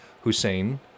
Hussein